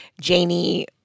Janie